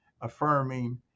affirming